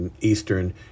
eastern